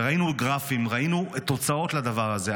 ראינו גרפים, ראינו תוצאות לדבר הזה.